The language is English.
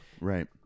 right